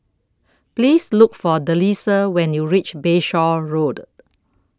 Please Look For Delisa when YOU REACH Bayshore Road